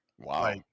wow